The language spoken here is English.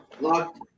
locked